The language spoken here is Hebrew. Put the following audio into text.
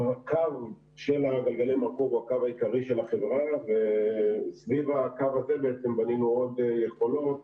הקו של גלגלי המרכוב הוא הקו העיקרי של החברה וסביבו בנינו עוד יכולות,